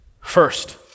First